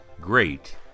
Great